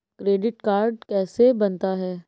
Credit card कैसे बनता है?